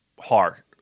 hard